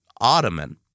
ottoman